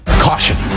Caution